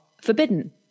forbidden